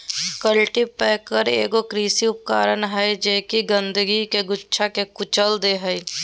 cultipacker एगो कृषि उपकरण हइ जे कि गंदगी के गुच्छा के कुचल दे हइ